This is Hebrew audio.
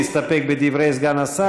להסתפק בדברי סגן השר?